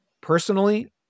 personally